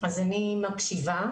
אני מקשיבה.